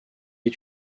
est